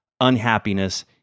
unhappiness